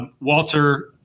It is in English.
Walter